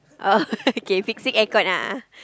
oh okay fixing air con a'ah